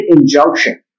injunction